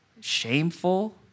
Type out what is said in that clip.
shameful